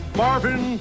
marvin